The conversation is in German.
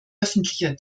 öffentlicher